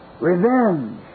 revenge